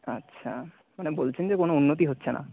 আচ্ছা মানে বলছেন যে কোনো উন্নতি হচ্ছে না